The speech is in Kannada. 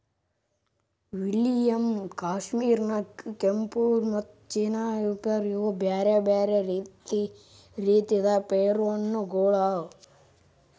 ವಿಲಿಯಮ್, ಕಶ್ಮೀರ್ ನಕ್, ಕೆಫುರ್ ಮತ್ತ ಚೀನಾ ಪಿಯರ್ ಇವು ಬ್ಯಾರೆ ಬ್ಯಾರೆ ರೀತಿದ್ ಪೇರು ಹಣ್ಣ ಗೊಳ್ ಅವಾ